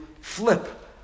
flip